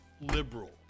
liberal